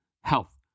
health